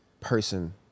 person